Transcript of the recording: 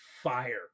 fire